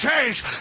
change